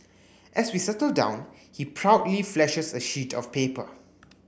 as we settle down he proudly flashes a sheet of paper